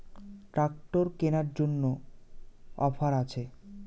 Tractor কেনার জন্য offer আছে?